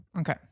Okay